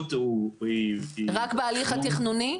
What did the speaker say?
המעורבות היא --- רק בהליך התכנוני?